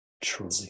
truly